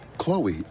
Chloe